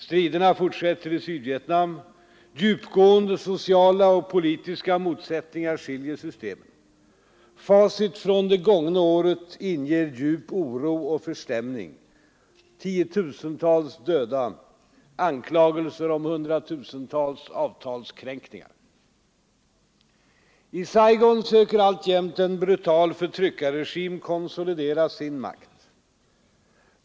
Striderna fortsätter i Sydvietnam. Djupgående sociala och politiska motsättningar skiljer systemen. Facit från det gångna året inger djup oro och förstämning: 10 000-tals döda, anklagelser om 100 000-tals avtalskränkningar. I Saigon söker alltjämt en brutal förtryckarregim konsolidera sin makt.